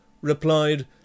replied